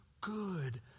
good